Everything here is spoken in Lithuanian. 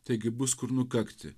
taigi bus kur nukakti